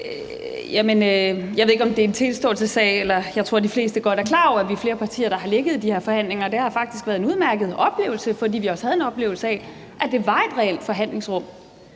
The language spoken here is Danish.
Jeg ved ikke, om det er en tilståelsessag, men jeg tror, at de fleste godt er klar over, at vi er flere partier, der har ligget i de her forhandlinger, og det har faktisk været en udmærket oplevelse, fordi vi også havde en oplevelse af, at det var et reelt forhandlingsrum.